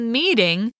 meeting